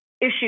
issue